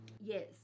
yes